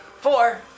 four